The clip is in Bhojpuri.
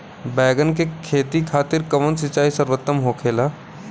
बैगन के खेती खातिर कवन सिचाई सर्वोतम होखेला?